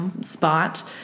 Spot